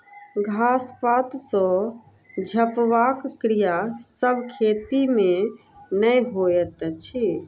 घास पात सॅ झपबाक क्रिया सभ खेती मे नै होइत अछि